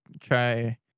try